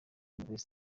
modeste